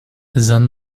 san